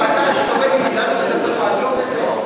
אתה, שסובל מגזענות, צריך לעזור לזה?